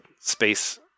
Space